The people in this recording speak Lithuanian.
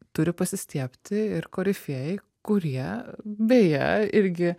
turi pasistiebti ir korifėjai kurie beje irgi